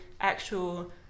actual